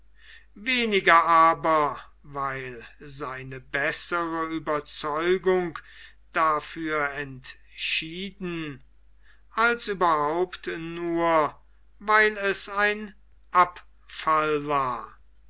weniger aber weil seine bessere ueberzeugung dafür entschieden als überhaupt nur weil es ein abfall war